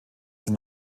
sind